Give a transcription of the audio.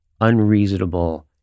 unreasonable